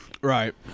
Right